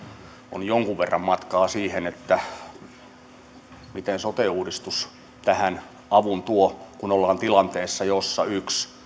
on jonkun verran matkaa siihen miten sote uudistus tähän avun tuo kun ollaan tilanteessa jossa yksi